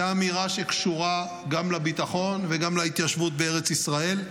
זו האמירה שקשורה גם לביטחון וגם להתיישבות בארץ ישראל.